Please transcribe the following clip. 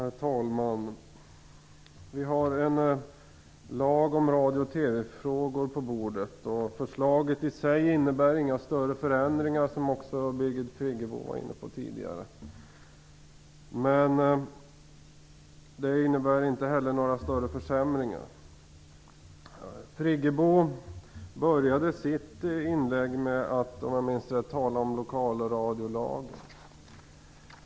Herr talman! Vi har på våra bord ett förslag till lag om radio och TV-frågor. Förslaget innebär i sig, som också Birgit Friggebo tidigare var inne på, inga större förändringar men inte heller några större försämringar. Friggebo började, om jag minns rätt, sitt inlägg med att tala om lokalradiolagen.